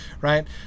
right